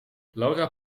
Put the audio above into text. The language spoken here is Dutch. laura